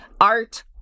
art